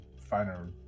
finer